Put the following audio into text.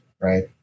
Right